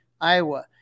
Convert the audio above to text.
Iowa